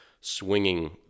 swinging